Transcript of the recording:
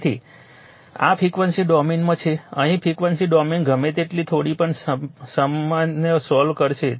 તેથી આ ફ્રિક્વન્સી ડોમેનમાં છે અહીં ફ્રિક્વન્સી ડોમેનમાં ગમે તેટલી થોડી પણ સમસ્યા સોલ્વ કરશે